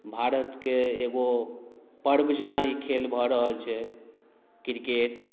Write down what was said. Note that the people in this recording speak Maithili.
भारतके एगो पर्व जेना ई खेल भऽ रहल छै क्रिकेट